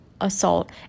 assault